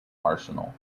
arsenal